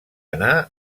anar